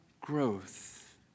growth